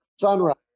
sunrise